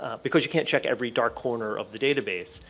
ah because you can't check every dark corner of the database.